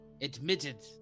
admitted